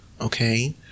okay